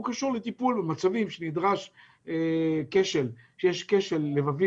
הוא קשור לטיפול במצבים בהם יש כשל לבבי